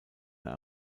mehr